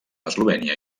eslovènia